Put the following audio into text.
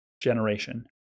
generation